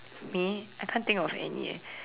me I can't think of any eh